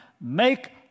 make